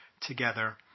together